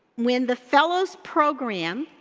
when the fellows program,